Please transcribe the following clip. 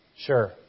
Sure